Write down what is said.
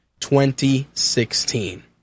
2016